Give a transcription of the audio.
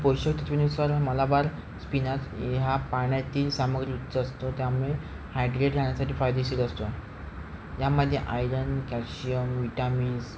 पोषक नुसार मलाबार स्पीनाच हा पाण्यातील सामग्री उच्च असतो त्यामुळे हायड्रेट राहण्यासाठी फायदेशीर असतो यामध्ये आयरन कॅल्शियम विटॅमिन्स